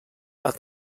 that